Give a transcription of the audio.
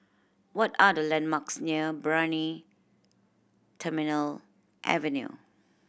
what are the landmarks near Brani Terminal Avenue